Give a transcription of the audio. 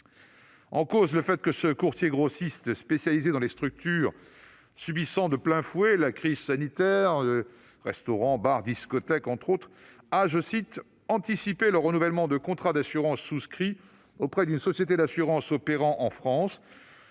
En cause, le fait que ce courtier grossiste, spécialisé dans les structures subissant de plein fouet la crise sanitaire- restaurants, bars, discothèques ...-, a « anticipé [...] le renouvellement de contrats d'assurance souscrits auprès d'une société d'assurance opérant en France